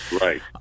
right